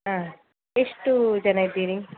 ಹಾಂ ಎಷ್ಟು ಜನ ಇದ್ದೀರಿ